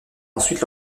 ensuite